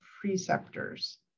preceptors